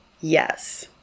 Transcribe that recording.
yes